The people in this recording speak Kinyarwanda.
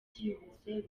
byihuse